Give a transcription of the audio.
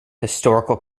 historical